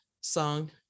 song